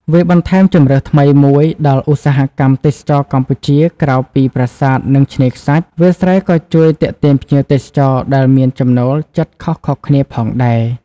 វាបន្ថែមជម្រើសថ្មីមួយដល់ឧស្សាហកម្មទេសចរណ៍កម្ពុជា ក្រៅពីប្រាសាទ និងឆ្នេរខ្សាច់ វាលស្រែក៏ជួយទាក់ទាញភ្ញៀវទេសចរដែលមានចំណូលចិត្តខុសៗគ្នាផងដែរ ។